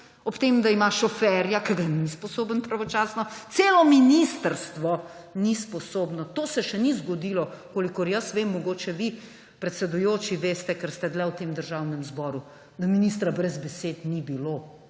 ob tem da ima šoferja, ki ga ni sposoben pravočasno, celo ministrstvo ni sposobno, to se še ni zgodilo, kolikor jaz vem, mogoče vi, predsedujoči, veste, ker ste dlje v tem državnem zboru, da ministra brez besed ni bilo